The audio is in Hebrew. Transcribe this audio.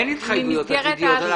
אין התחייבויות עתידיות.